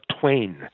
twain